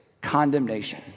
condemnation